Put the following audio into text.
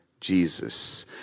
Jesus